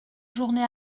journée